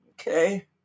okay